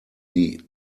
die